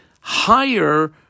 higher